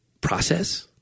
process